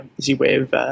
Z-Wave